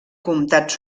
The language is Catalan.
comtats